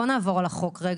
בואי נעבור על החוק רגע.